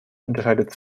unterscheidet